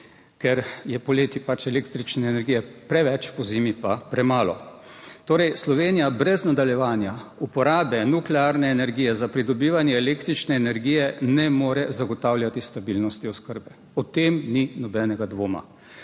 ker je poleti pač električne energije preveč, pozimi pa premalo. Torej Slovenija brez nadaljevanja uporabe nuklearne energije za pridobivanje električne energije ne more zagotavljati stabilnosti oskrbe. O tem ni nobenega dvoma.